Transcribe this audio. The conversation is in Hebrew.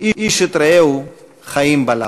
איש את רעהו חיים בלעו".